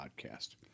podcast